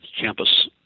campus